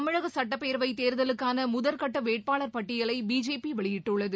தமிழக சுட்டப்பேரவைத் தேர்தலுக்கான முதற்கட்ட வேட்பாளர் பட்டியலை பிஜேபி வெளியிட்டுள்ளது